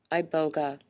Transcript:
iboga